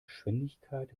geschwindigkeit